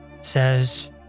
says